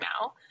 now